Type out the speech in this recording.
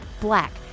black